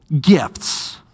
gifts